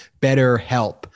BetterHelp